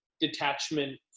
detachment